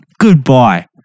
Goodbye